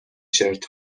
شرت